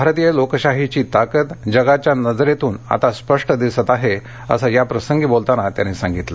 भारतीय लोकशाहीची ताकद जगाच्या नजरेतून आता स्पष्ट दिसत आहे असं याप्रसंगी बोलताना त्यांनी सांगितलं